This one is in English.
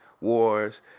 wars